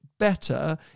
better